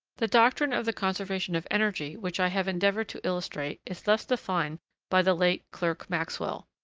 the doctrine of the conservation of energy which i have endeavored to illustrate is thus defined by the late clerk maxwell